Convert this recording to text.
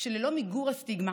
וללא מיגור הסטיגמה